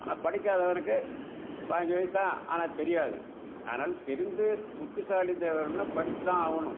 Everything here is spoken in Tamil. ஆனால் படிக்காதவனுக்கு பயஞ்சு வயசு தான் ஆனால் தெரியாது அதனால் தெரிந்து புத்திசாலிதனம் வேணும்னால் படிச்சு தான் ஆகணும்